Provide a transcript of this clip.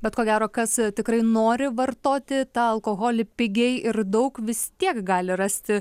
bet ko gero kas tikrai nori vartoti tą alkoholį pigiai ir daug vis tiek gali rasti